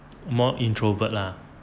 more introvert lah